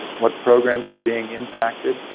what programs are being impacted,